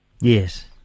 Yes